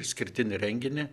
išskirtinį renginį